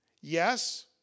Yes